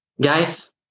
Guys